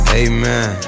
amen